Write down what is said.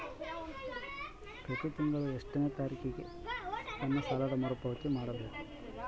ಪ್ರತಿ ತಿಂಗಳು ಎಷ್ಟನೇ ತಾರೇಕಿಗೆ ನನ್ನ ಸಾಲದ ಮರುಪಾವತಿ ಮಾಡಬೇಕು?